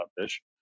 fish